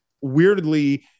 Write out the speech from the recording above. weirdly